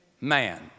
man